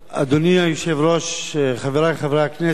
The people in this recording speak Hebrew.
אדוני היושב-ראש, חברי חברי הכנסת,